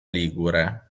ligure